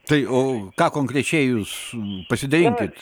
tai o ką konkrečiai jūs pasidalinkit